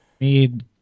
Made